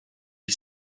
had